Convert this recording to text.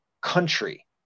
country